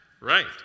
Right